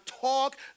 talk